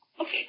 Okay